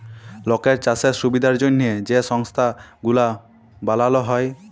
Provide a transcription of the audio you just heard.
লকের চাষের সুবিধার জ্যনহে যে সংস্থা গুলা বালাল হ্যয়